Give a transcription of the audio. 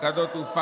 הקבוע בחוק,